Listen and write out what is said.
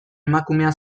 emakumea